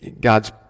God's